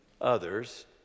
others